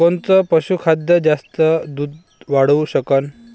कोनचं पशुखाद्य जास्त दुध वाढवू शकन?